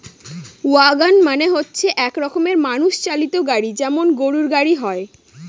wagon মানে হচ্ছে এক রকমের মানুষ চালিত গাড়ি যেমন গরুর গাড়ি হয়